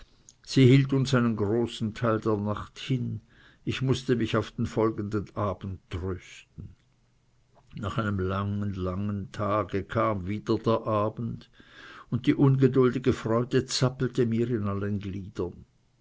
sie hielt uns einen großen teil der nacht hin ich mußte mich auf den folgenden abend trösten nach einem langen langen tage kam wieder der abend und die ungeduldige freude zappelte mir in allen gliedern